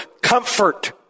Comfort